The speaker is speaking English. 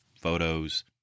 photos